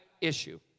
issue